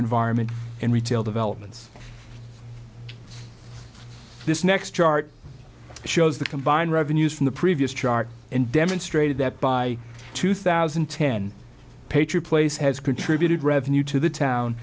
environment and retail developments this next chart shows the combined revenues from the previous chart and demonstrated that by two thousand and ten patriot place has contributed revenue to the town